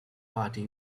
party